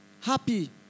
happy